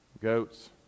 goats